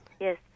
yes